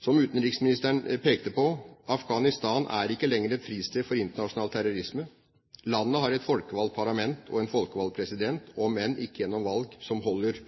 Som utenriksministeren pekte på: Afghanistan er ikke lenger et fristed for internasjonal terrorisme. Landet har et folkevalgt parlament og en folkevalgt president, om enn ikke gjennom valg som holder